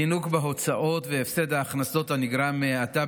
הזינוק בהוצאות והפסד ההכנסות הנגרם מהאטה